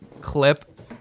clip